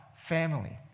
family